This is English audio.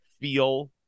feel –